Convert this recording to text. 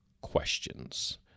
questions